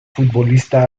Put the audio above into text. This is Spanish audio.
futbolista